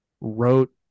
wrote